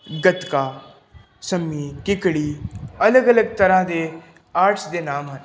ਗੱਤਕਾ ਸੰਮੀ ਕਿੱਕਲੀ ਅਲੱਗ ਅਲੱਗ ਤਰ੍ਹਾਂ ਦੇ ਆਰਟਸ ਦੇ ਨਾਮ ਹਨ